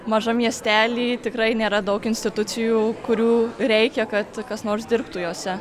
mažam miestely tikrai nėra daug institucijų kurių reikia kad kas nors dirbtų jose